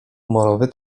morowy